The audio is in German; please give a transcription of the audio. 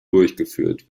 durchgeführt